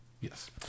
Yes